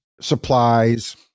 supplies